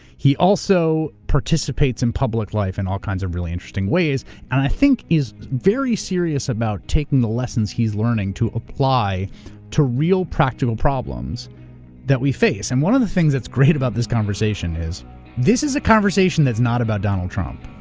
he also participates in public life in all kinds of really interesting ways and i think is very serious about taking the lessons he's learning to apply to real practical problems that we face. and one of the things that's great about this conversation is this is a conversation that's not about donald trump,